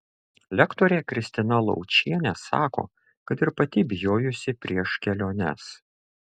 lektorė kristina laučienė sako kad ir pati bijojusi prieš keliones